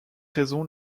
raison